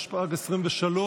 התשפ"ג 2023,